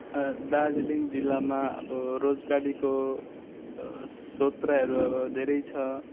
दार्जिलिङ जिल्लामा अब रोजगारीको स्रोतहरू अब धेरै छ